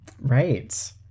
Right